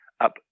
up